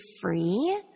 free